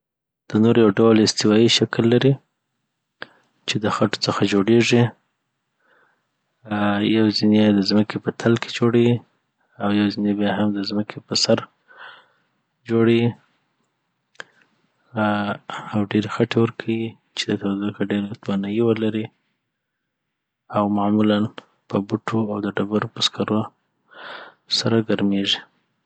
تنور یو ډول استوایی شکل لري چي د خټو څخه جوړیږي آ یو ځیني یی د ځمکې په تل کي جوړه یي او يو ځیني بیا هم د ځمکي په سر جوړه یی آ او ډیرې خټې ورکیی چي تودوخي ډیره توانایی ولري او معمولا په بوټو او د ډبرو په سکرو سره ګرمیږې